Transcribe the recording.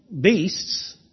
beasts